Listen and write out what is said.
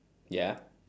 ya